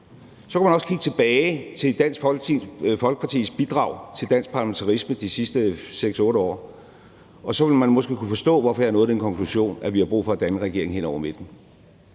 kunne man også kigge tilbage på Dansk Folkepartis bidrag til dansk parlamentarisme de sidste 6-8 år, og så ville man måske kunne forstå, hvorfor jeg nåede den konklusion, at vi har brug for at danne en regering hen over midten.